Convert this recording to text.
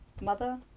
mother